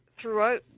throughout